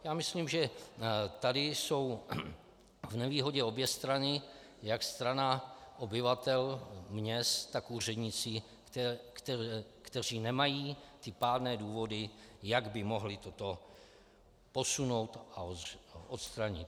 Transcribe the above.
Já myslím, že tady jsou v nevýhodě obě strany, jak strana obyvatel měst, tak úředníci, kteří nemají pádné důvody, jak by mohli toto posunout a odstranit.